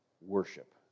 worship